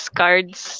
cards